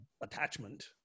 attachment